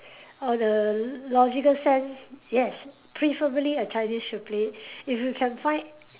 or the logical sense yes preferably a Chinese should play if you can find